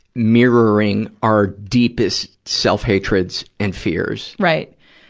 mirroring our deepest self-hatreds and fears. right,